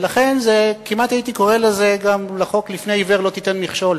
ולכן כמעט הייתי קורא לחוק "לפני עיוור לא תיתן מכשול".